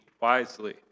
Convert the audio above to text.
wisely